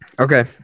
Okay